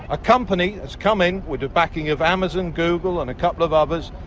a company has come in with the backing of amazon, google and a couple of others,